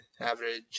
average